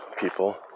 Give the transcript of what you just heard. people